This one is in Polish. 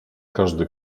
każdy